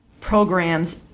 programs